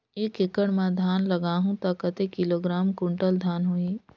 एक एकड़ मां धान लगाहु ता कतेक किलोग्राम कुंटल धान होही?